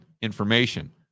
information